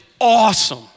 awesome